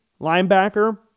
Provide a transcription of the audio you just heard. linebacker